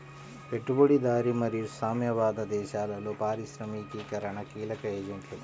పెట్టుబడిదారీ మరియు సామ్యవాద దేశాలలో పారిశ్రామికీకరణకు కీలక ఏజెంట్లు